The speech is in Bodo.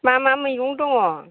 मा मा मैगं दङ